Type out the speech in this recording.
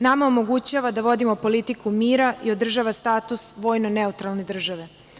Nama omogućava da vodimo politiku mira i održava status vojno neutralne države.